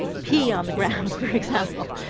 pee on the ground, for example.